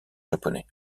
japonais